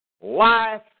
life